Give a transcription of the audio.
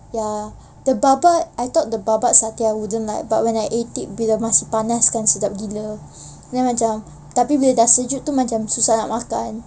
ya the babat I thought the babat satay I wouldn't like but when I ate it bila masih panas kan sedap gila then macam tapi bila dah sejuk tu macam susah nak makan